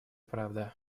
правда